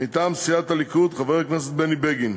מטעם סיעת הליכוד, חבר הכנסת בני בגין,